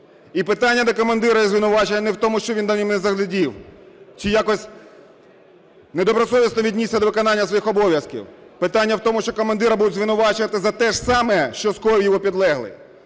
І питання до командира і звинувачення не в тому, що він за ними недогледів чи якось недобросовісно віднісся до виконання своїх обов'язків. Питання в тому, що командира будуть звинувачувати за те ж саме, що скоїв його підлеглий.